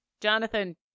Jonathan